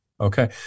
Okay